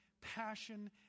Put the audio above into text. Passion